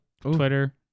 Twitter